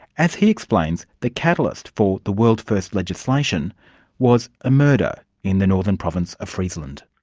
as he explains, the catalyst for the world-first legislation was a murder in the northern province of friesland.